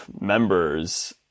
members